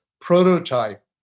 prototype